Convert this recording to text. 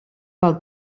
pel